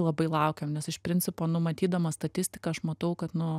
labai laukiam nes iš principo nu matydama statistiką aš matau kad nu